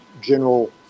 General